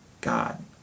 God